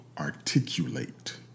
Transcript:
Articulate